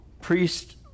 Priest